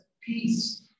peace